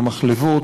במחלבות,